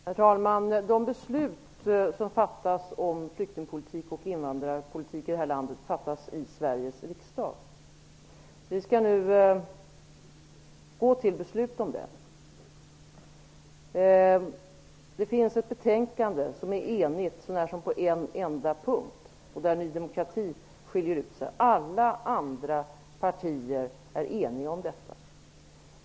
Herr talman! Besluten om invandrar och flyktingpolitiken i detta land fattas av Sveriges riksdag. Vi skall nu gå till beslut. Det föreligger ett betänkande, som är enhälligt utom på en enda punkt, där Ny demokrati skiljer ut sig. Alla andra partier är eniga.